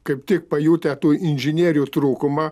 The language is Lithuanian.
kaip tik pajutę tų inžinierių trūkumą